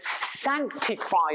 sanctify